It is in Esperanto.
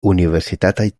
universitataj